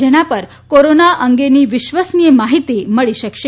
જેના પર કોરોના અંગેની વિશ્વસનીય માહિતી મળી શકશે